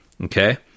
Okay